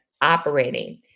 operating